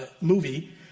movie